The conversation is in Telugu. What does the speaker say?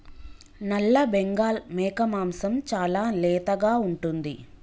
నల్లబెంగాల్ మేక మాంసం చాలా లేతగా ఉంటుంది